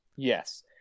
Yes